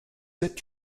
êtes